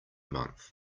month